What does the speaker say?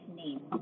name